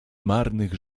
marnych